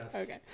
Okay